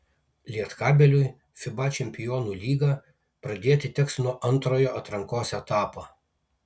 lietkabeliui fiba čempionų lygą pradėti teks nuo antrojo atrankos etapo